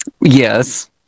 yes